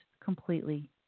completely